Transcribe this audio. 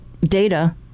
data